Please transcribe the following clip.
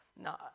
Now